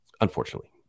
Unfortunately